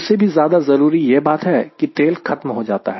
उससे भी ज्यादा जरूरी यह बात है कि तेल खत्म होते जाता है